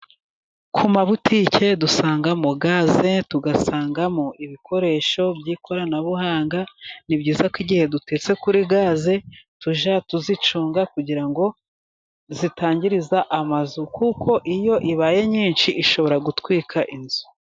Ku mabutike dusangamo gaze, tugasangamo ibikoresho by'ikoranabuhanga. Ni byiza ko igihe dutetse kuri gaze tujya tuzicunga kugira ngo zitangiriza amazu kuko iyo ibaye nyinshi ishobora gutwika inzu.